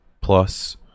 plus